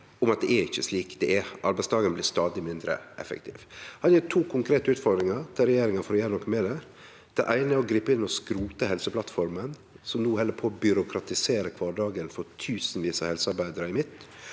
det er. Arbeidsdagen blir stadig mindre effektiv. Eg har to konkrete utfordringar til regjeringa for å gjere noko med det. Den eine er å gripe inn og skrote Helseplattformen, som nå held på å byråkratisere kvardagen for tusenvis av helsearbeidarar i